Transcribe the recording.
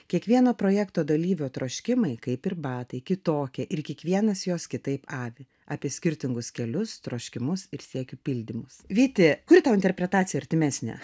kiekvieno projekto dalyvio troškimai kaip ir batai kitokie ir kiekvienas juos kitaip avi apie skirtingus kelius troškimus ir siekių pildymus vyti kuri tau interpretacija artimesnė